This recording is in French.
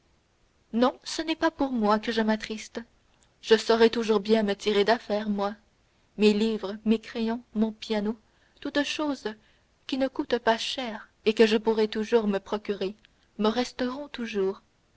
non ce n'est pas pour moi que je m'attriste je saurai toujours bien me tirer d'affaire moi mes livres mes crayons mon piano toutes choses qui ne coûtent pas cher et que je pourrai toujours me procurer me resteront toujours